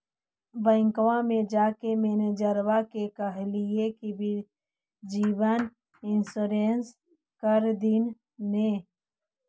बैंकवा मे जाके मैनेजरवा के कहलिऐ कि जिवनबिमा इंश्योरेंस कर दिन ने?